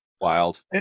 Wild